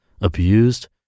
abused